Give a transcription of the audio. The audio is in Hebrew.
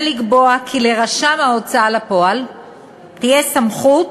לקבוע כי לרשם ההוצאה לפועל תהיה סמכות